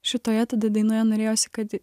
šitoje tada dainoje norėjosi kad